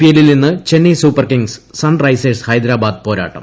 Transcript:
I പി എല്ലിൽ ഇന്ന് ചെന്നൈ സൂപ്പർകിംഗ്സ് സൺറൈസേഴ്സ് ഹൈദ്രാബാദ് പോരാട്ടം